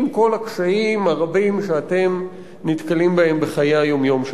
עם כל הקשיים הרבים שאתם נתקלים בהם בחיי היום-יום.